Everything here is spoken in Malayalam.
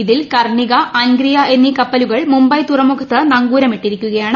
ഇതിൽ കർണ്ണിക് അൻഗ്രിയ എന്നീ കപ്പലുകൾ മുംബൈ തുറമുഖത്ത് നങ്കൂര്മിട്ടീരിക്കുകയാണ്